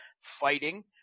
fighting